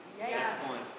Excellent